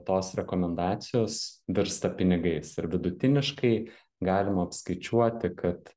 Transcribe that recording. tos rekomendacijos virsta pinigais ir vidutiniškai galima apskaičiuoti kad